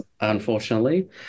unfortunately